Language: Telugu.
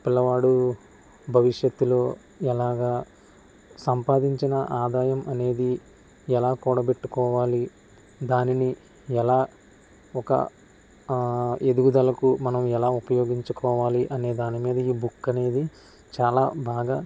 పిల్లవాడు భవిష్యత్తులో ఎలాగా సంపాదించిన ఆదాయం అనేది ఎలా కూడబెట్టుకోవాలి దానిని ఎలా ఒక ఎదుగుదలకు మనం ఎలా ఉపయోగించుకోవాలి అనే దాని మీద ఈ బుక్ అనేది చాలా బాగా